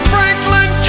Franklin